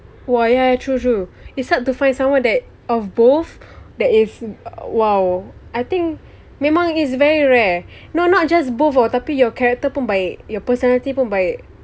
why ya true true it's hard to find someone that of both that is !wow! I think memang it's very rare no not just both tapi your character pun baik your personality pun baik